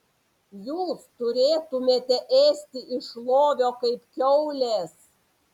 jūs turėtumėte ėsti iš lovio kaip kiaulės